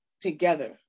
together